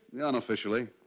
Unofficially